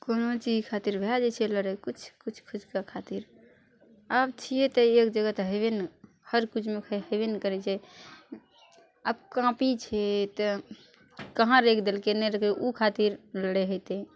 कोनो चीज खातिर भऽ जाइ छै लड़ाइ किछु किछु खुच कऽ खातिर आब छियै तऽ एक जगह तऽ हेबे ने हर किछुमे फेर हेबे ने करै छै आब काँपी छियै तऽ कहाँ राखि देलकै नहि रखै ओ खातिर लड़ाइ हइतै